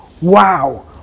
Wow